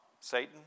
Satan